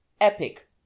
epic